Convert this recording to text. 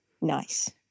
Nice